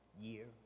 year